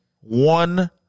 One